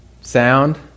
sound